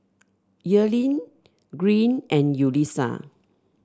Earlene Green and Yulissa